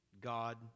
God